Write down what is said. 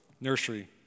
nursery